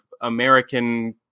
American